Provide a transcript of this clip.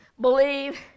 believe